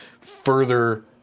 further